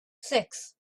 six